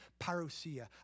parousia